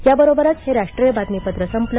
याबरोबरच हे राष्ट्रीय बातमीपत्र संपलं